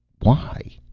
why?